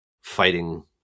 fighting